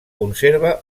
conserva